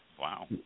Wow